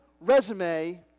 resume